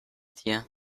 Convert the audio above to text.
tier